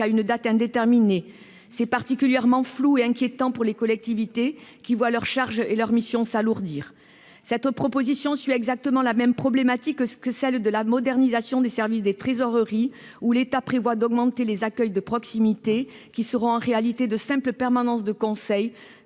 une date indéterminée. C'est particulièrement flou et inquiétant pour les collectivités, qui voient leurs charges et leurs missions s'alourdir. Cette proposition suit exactement la même problématique que celle de la modernisation des services des trésoreries, où l'État prévoit d'augmenter les accueils de proximité, qui seront en réalité de simples permanences de conseil,